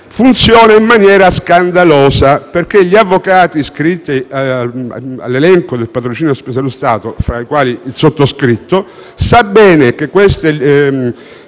funziona in maniera scandalosa. Gli avvocati iscritti all'elenco del patrocinio a spese dello Stato, fra i quali il sottoscritto, sanno bene che queste